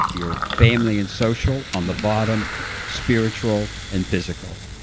your family and social on the bottom spiritual and physical.